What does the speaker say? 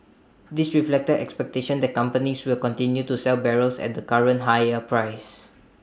this reflected expectations that companies will continue to sell barrels at the current higher price